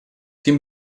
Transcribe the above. vier